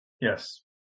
Yes